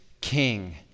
king